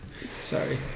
Sorry